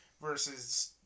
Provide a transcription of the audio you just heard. Versus